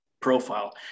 profile